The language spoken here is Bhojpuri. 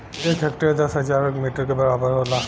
एक हेक्टेयर दस हजार वर्ग मीटर के बराबर होला